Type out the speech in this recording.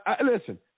Listen